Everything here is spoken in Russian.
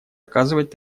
оказывать